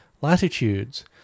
latitudes